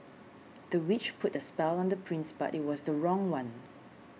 the witch put a spell on the prince but it was the wrong one